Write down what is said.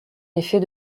effet